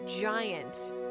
giant